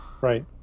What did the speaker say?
Right